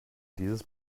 dieses